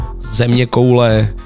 zeměkoule